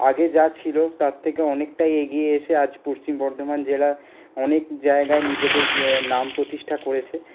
আগে যা ছিল তার থেকে অনেকটাই এগিয়ে এসে আজ পশ্চিম বর্ধমান জেলা অনেক জায়গায় নিজেদের নাম প্রতিষ্ঠা করেছে